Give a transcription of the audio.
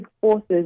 forces